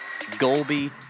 Golby